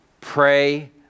Pray